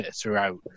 throughout